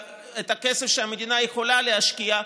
את הכסף שהמדינה יכולה להשקיע,